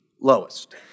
lowest